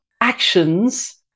actions